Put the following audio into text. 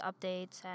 updates